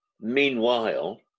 meanwhile